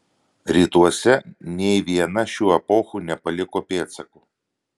rytuose nė viena šių epochų nepaliko pėdsakų